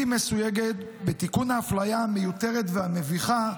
מסויגת בתיקון הפליה המיותרת והמביכה,